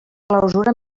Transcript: clausura